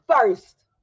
first